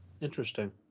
Interesting